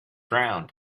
round